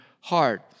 heart